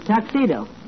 Tuxedo